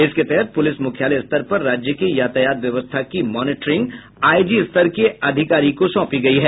इसके तहत पुलिस मुख्यालय स्तर पर राज्य की यातायात व्यवस्था की मॉनिटिरिंग आईजी स्तर के अधिकारी को सौंपी गयी है